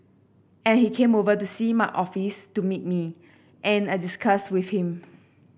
and he came over to see my office to meet me and I discussed with him